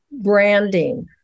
branding